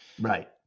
right